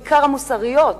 בעיקר המוסריות,